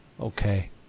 Okay